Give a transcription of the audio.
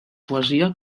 poesia